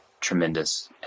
tremendous